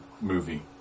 movie